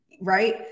right